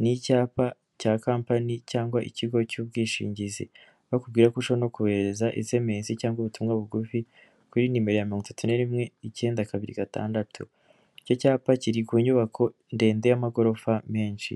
ni icyapa cya kampani cyangwa ikigo cy'ubwishingizi, bakubwira ko ushobora no koboherereza SMS cyangwa ubutumwa bugufi kuri nimero ya mirongo itatu na rimwe icyenda kabiri gatandatu, icyo cyapa kiri ku nyubako ndende y'amagorofa menshi.